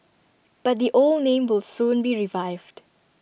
but the old name will soon be revived